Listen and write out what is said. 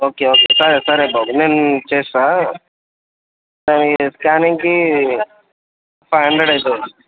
okay okay సరే బాబు నేను చేస్తా కానీ స్క్యానింగ్కి ఫైవ్ హండ్రెడ్ అవుతుంది